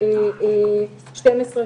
זה גילאי 12,